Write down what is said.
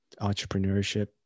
entrepreneurship